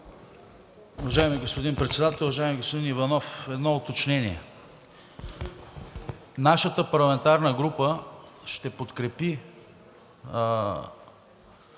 Уважаеми господин Председател! Уважаеми господин Иванов, едно уточнение. Нашата парламентарна група ще подкрепи